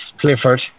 Clifford